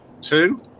Two